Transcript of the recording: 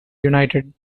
united